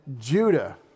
Judah